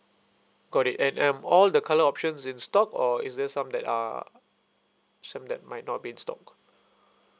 got it and um all the colour options in stock or is there some that are some that might not be in stock